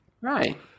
right